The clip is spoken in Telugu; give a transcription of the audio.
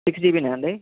సిక్స్ జీబీనా అండి